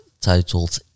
titled